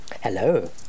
Hello